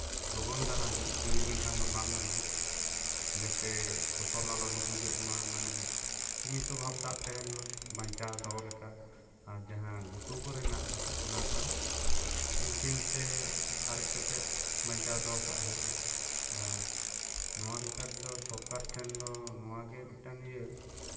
ᱞᱚᱜᱚᱱ ᱫᱷᱟᱨᱟ ᱫᱮᱨᱤ ᱞᱮᱱᱠᱷᱟᱱ ᱫᱚ ᱵᱟᱝ ᱜᱟᱱᱚᱜᱼᱟ ᱡᱟᱛᱮ ᱯᱷᱚᱥᱚᱞ ᱟᱞᱚ ᱰᱩᱵᱩᱡᱚᱜ ᱢᱟ ᱢᱟᱱᱮ ᱥᱤᱢᱤᱛᱚ ᱵᱷᱟᱵ ᱫᱟᱜ ᱛᱟᱦᱮᱱ ᱢᱟ ᱵᱟᱧᱪᱟᱣ ᱫᱚᱦᱚ ᱞᱮᱠᱟ ᱟᱨ ᱡᱟᱦᱟᱸ ᱜᱷᱩᱴᱩ ᱠᱚᱨᱮᱱᱟᱜ ᱫᱚ ᱚᱱᱟ ᱫᱚ ᱢᱮᱥᱤᱱ ᱛᱮ ᱟᱨᱮᱪ ᱠᱟᱛᱮᱜ ᱵᱟᱧᱪᱟᱣ ᱫᱚᱦᱚ ᱠᱟᱜ ᱟᱨ ᱱᱚᱣᱟ ᱞᱮᱠᱟ ᱛᱮᱫᱚ ᱥᱚᱨᱠᱟᱨ ᱴᱷᱮᱱ ᱫᱚ ᱱᱚᱣᱟᱜᱮ ᱢᱤᱫᱴᱟᱝ ᱤᱭᱟᱹ